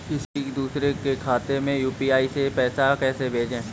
किसी दूसरे के खाते में यू.पी.आई से पैसा कैसे भेजें?